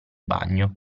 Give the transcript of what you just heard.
bagno